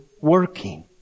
working